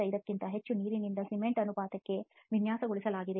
55 ಕ್ಕಿಂತ ಹೆಚ್ಚು ನೀರಿನಿಂದ ಸಿಮೆಂಟ್ ಅನುಪಾತಕ್ಕೆ ವಿನ್ಯಾಸಗೊಳಿಸಲಾಗಿದೆ